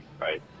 right